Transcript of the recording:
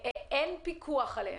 אין פיקוח,